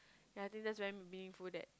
and I think that's very meaningful that